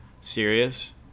serious